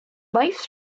lifes